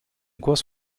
głos